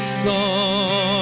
song